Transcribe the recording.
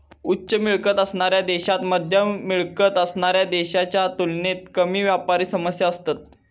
उच्च मिळकत असणाऱ्या देशांत मध्यम मिळकत असणाऱ्या देशांच्या तुलनेत कमी व्यापारी समस्या असतत